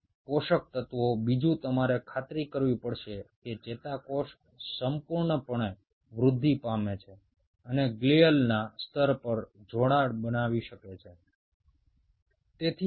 দ্বিতীয়ত তোমাদেরকে নিশ্চিত করতে হবে যে নিউরন সম্পূর্ণভাবে বৃদ্ধি পাচ্ছে এবং গ্লিয়ার শয্যার উপর ভালোভাবে সংযোগ তৈরি করতে পারছে